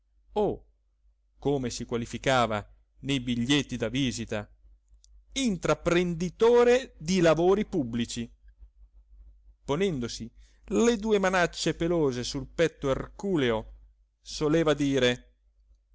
come si qualificava nei biglietti da visita intraprenditore di lavori pubblici ponendosi le due manacce pelose sul petto erculeo soleva dire